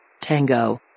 Tango